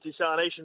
desalination